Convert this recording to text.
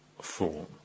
form